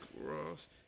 Ross